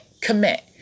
commit